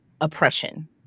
oppression